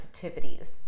sensitivities